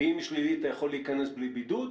ואם היא שלילית אז אתה יכול להיכנס בלי בידוד,